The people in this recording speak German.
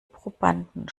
probanden